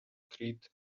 creed